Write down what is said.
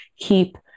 keep